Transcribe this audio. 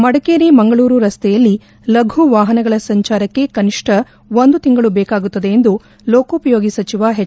ಮಡಿಕೇರಿ ಮಂಗಳೂರು ರಸ್ತೆಯಲ್ಲಿ ಲಘು ವಾಹನಗಳ ಸಂಚಾರಕ್ಕೆ ಕನಿಷ್ಠ ಒಂದು ತಿಂಗಳು ಬೇಕಾಗುತ್ತದೆ ಎಂದು ಲೋಕೋಪಯೋಗಿ ಸಚಿವ ಎಚ್